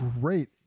great